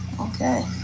okay